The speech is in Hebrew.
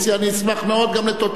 אני אשמח מאוד גם לתוצאות.